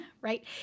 right